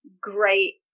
great